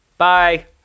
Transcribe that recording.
Bye